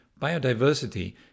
Biodiversity